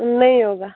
नहीं होगा